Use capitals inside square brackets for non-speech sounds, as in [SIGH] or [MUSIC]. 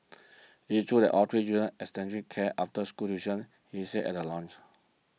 it's true that all three children had [UNINTELLIGIBLE] kid after school tuition he said at the launch